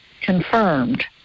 confirmed